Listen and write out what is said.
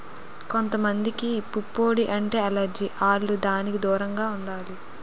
కొంత మందికి పుప్పొడి అంటే ఎలెర్జి ఆల్లు దానికి దూరంగా ఉండాలి